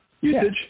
usage